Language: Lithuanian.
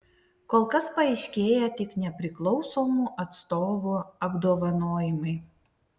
kol kas paaiškėję tik nepriklausomų atstovų apdovanojimai